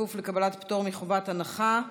בכפוף לקבלת פטור מחובת הנחה.